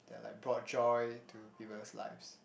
like brought joy to people's lives